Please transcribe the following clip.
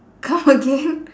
come again